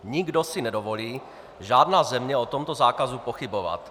Nikdo si nedovolí, žádná země, o tomto zákazu pochybovat.